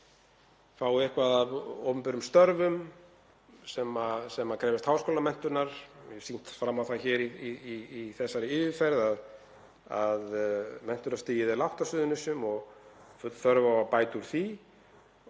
fái eitthvað af opinberum störfum sem krefjast háskólamenntunar. Ég hef sýnt fram á það hér í þessari yfirferð að menntunarstigið er lágt á Suðurnesjum og full þörf á að bæta úr því.